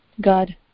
God